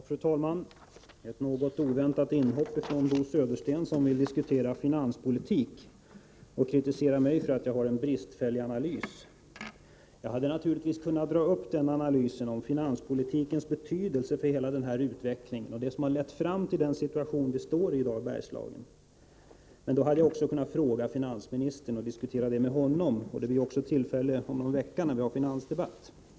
Fru talman! Det var ett något oväntat inhopp av Bo Södersten, som vill diskutera finanspolitik och kritisera mig för en bristfällig analys. Jag hade naturligtvis kunnat göra en analys av finanspolitikens betydelse för den utveckling som lett fram till den situation som i dag råder i Bergslagen. Då hade jag kunnat ställa min fråga till finansministern och diskuterat med honom. Det blir emellertid tillfälle till det om någon vecka, när vi har finansdebatt här i kammaren.